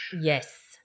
Yes